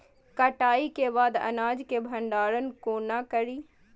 कटाई के बाद अनाज के भंडारण कोना करी?